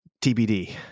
TBD